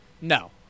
No